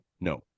no